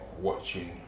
watching